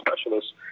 specialists